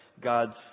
God's